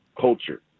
culture